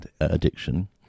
addiction